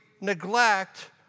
neglect